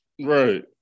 Right